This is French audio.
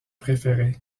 préféré